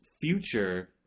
future